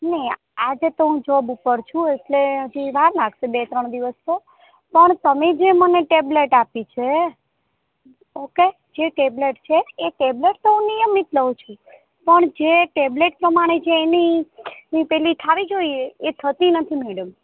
નહીં આજે તો હું જૉબ ઉપર છું એટલે હજી વાર લાગશે બે ત્રણ દિવસ તો પણ તમે મને જે ટેબ્લેટ આપી છે ઓકે જે ટેબ્લેટ છે એ ટેબ્લેટ તો હું નિયમિત લઉં છું પણ જે ટેબ્લેટ પ્રમાણે જે એની જે પેલી થવી જોઈએ એ થતી નથી મૅડમ